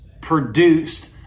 produced